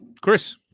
Chris